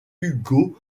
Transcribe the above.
hugo